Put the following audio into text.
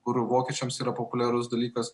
kur vokiečiams yra populiarus dalykas